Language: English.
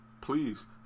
please